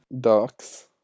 Ducks